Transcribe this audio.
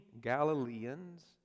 Galileans